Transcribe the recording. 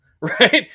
right